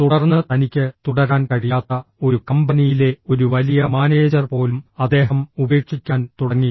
തുടർന്ന് തനിക്ക് തുടരാൻ കഴിയാത്ത ഒരു കമ്പനിയിലെ ഒരു വലിയ മാനേജർ പോലും അദ്ദേഹം ഉപേക്ഷിക്കാൻ തുടങ്ങി